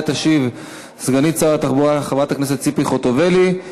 שעליה תשיב סגנית שר התחבורה חברת הכנסת ציפי חוטובלי.